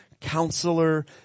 Counselor